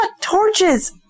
torches